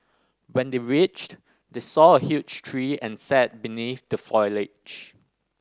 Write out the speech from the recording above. when they reached they saw a huge tree and sat beneath the foliage